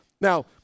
Now